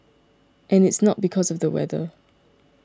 and it's not because of the weather